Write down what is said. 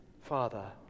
father